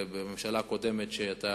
בממשלה הקודמת, שלדעתי אתה